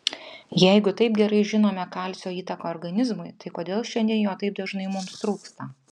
jeigu taip gerai žinome kalcio įtaką organizmui tai kodėl šiandien jo taip dažnai mums trūksta